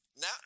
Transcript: now